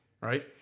right